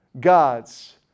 God's